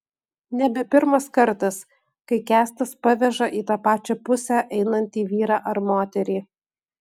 nebe pirmas kartas kai kęstas paveža į tą pačią pusę einantį vyrą ar moterį